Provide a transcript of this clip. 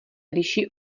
liší